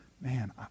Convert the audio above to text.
man